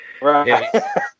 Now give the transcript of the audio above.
right